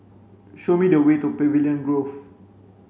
show me the way to Pavilion Grove